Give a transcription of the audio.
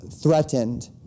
threatened